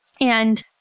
And-